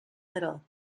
little